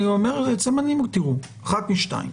אני אומר אחת משתיים: